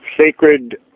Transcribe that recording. Sacred